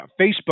Facebook